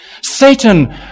Satan